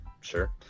Sure